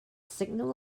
signal